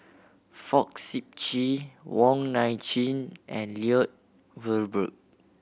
Fong Sip Chee Wong Nai Chin and Lloyd Valberg